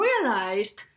realized